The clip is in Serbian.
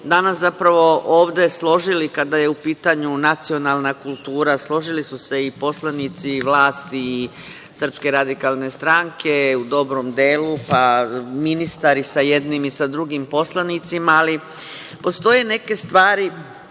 danas zapravo ovde složili kada je u pitanju nacionalna kultura. Složili su se i poslanici SRS i vlast u dobrom delu, pa ministar i sa jednim i sa drugim poslanicima. Ali, postoje neke stvari